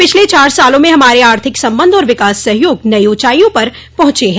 पिछले चार सालों में हमारे आर्थिक सबंध और विकास सहयोग नई ऊँचाइयों पर पहुंचे हैं